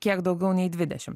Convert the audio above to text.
kiek daugiau nei dvidešimt